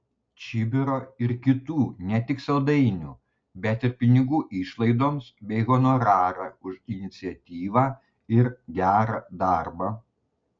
čibiro ir kitų ne tik saldainių bet ir pinigų išlaidoms bei honorarą už iniciatyvą ir gerą darbą